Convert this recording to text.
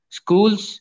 schools